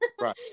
Right